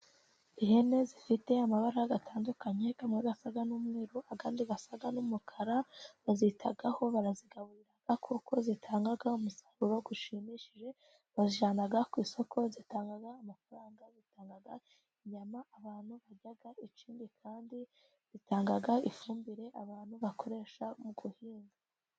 Ihene zifite amabara atandukanye amwe asa n'umweru ayandi asa n'umukara, bazitaho barazigaburira kuko zitanga umusaruro ushimishije, bazijyana ku isoko zitanga amafaranga zitanga inyama abantu barya, ikindi kandi zitanga ifumbire abantu bakoresha mu guhinga.